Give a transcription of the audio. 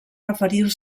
referir